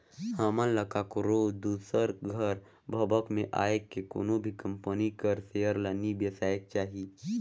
हमन ल काकरो दूसर कर भभक में आए के कोनो भी कंपनी कर सेयर ल नी बेसाएक चाही